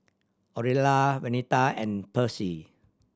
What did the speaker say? Orilla Venita and Percy